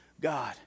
God